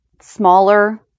smaller